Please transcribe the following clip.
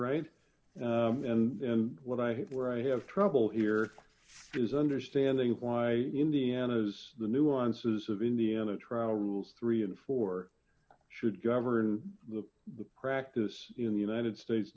right and what i have where i have trouble here is understanding why indiana's the nuances of indiana trial rules three and four should govern the practice in the united states